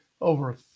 over